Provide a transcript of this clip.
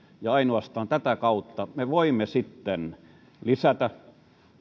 ja ainoastaan tätä kautta me voimme lisätä